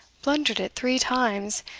blundered it three times,